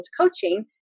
coaching